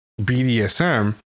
BDSM